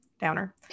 downer